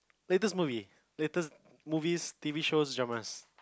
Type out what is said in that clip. latest movie latest movies T_V shows dramas